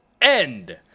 end